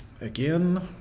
Again